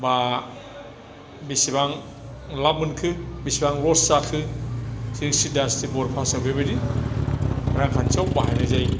बा बेसेबां लाभ मोनखो बेसेबां लस जाखो जों सिदा सिदि बर' भासायाव बेबायदि रांखान्थियाव बाहायनाय जायो